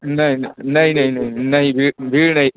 नहीं नहीं नहीं नहीं नहीं भीड़ भीड़ नहीं